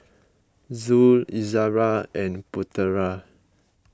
Zul Izara and Putera